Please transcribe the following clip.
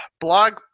blog